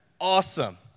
awesome